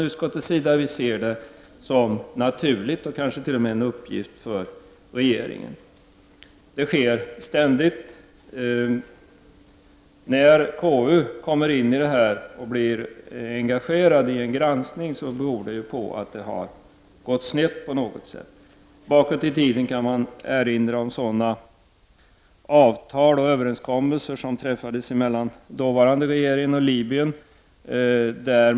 Utskottet anser att detta är naturligt och kanske också en uppgift för regeringen. Sådant sker ständigt. När konstitutionsutskottet blir engagerat i en granskning beror det ju på att det hela på något sätt har gått snett. Om vi går bakåt i tiden kan vi erinra oss sådana avtal och överenskommelser som träffades mellan dåvarande regeringen och Libyen.